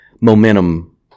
Momentum